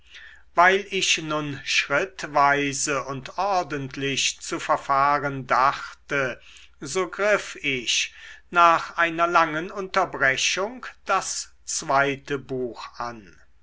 weil ich nun schrittweise und ordentlich zu verfahren dachte so griff ich nach einer langen unterbrechung das zweite buch an